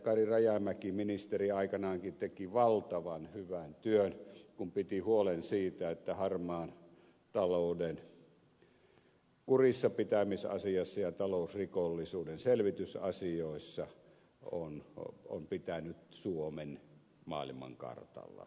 kari rajamäki ministeriaikanaankin teki valtavan hyvän työn kun harmaan talouden kurissapitämisasiassa ja talousrikollisuuden selvitysasioissa piti suomen maailmankartalla kerta kaikkiaan